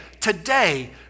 today